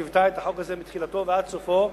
שליוותה את החוק הזה מתחילתו ועד סופו,